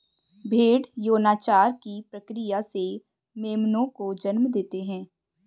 भ़ेड़ यौनाचार की प्रक्रिया से मेमनों को जन्म देते हैं